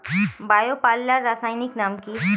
Bio পাল্লার রাসায়নিক নাম কি?